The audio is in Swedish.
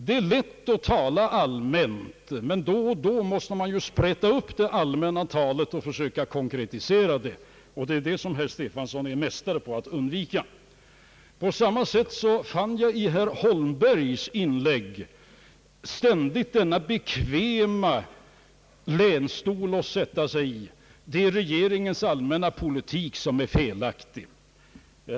Det är lätt att tala allmänt, men då och då måste man ju sprätta upp det allmänna talet och försöka konkretisera det — och det är det som herr Stefanson är en mästare i att undvika. På samma sätt fann jag i herr Holmbergs inlägg ständigt denna bekväma länsstol att sätta sig i — det är regeringens allmänna politik som är felaktig!